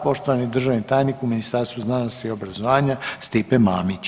Poštovani državni tajnik u Ministarstvu znanosti i obrazovanja Stipe Mamić.